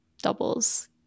doubles